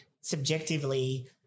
subjectively